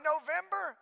November